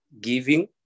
giving